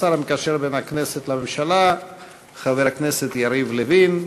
השר המקשר בין הכנסת לממשלה חבר הכנסת יריב לוין.